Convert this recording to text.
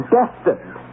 destined